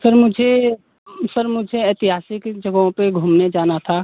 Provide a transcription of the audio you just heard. sir मुझे sir मुझे ऐतिहासिक जगहों पे घूमने जाना था